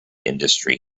industry